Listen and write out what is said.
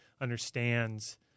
understands